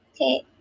Okay